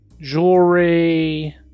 jewelry